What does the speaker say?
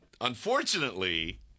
unfortunately